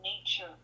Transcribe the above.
nature